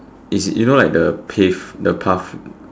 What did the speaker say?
is it you know like the pave the path